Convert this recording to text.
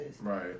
Right